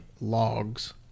Logs